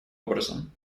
образом